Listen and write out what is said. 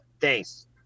thanks